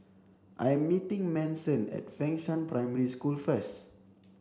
I am meeting Manson at Fengshan Primary School first